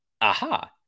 aha